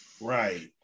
Right